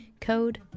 code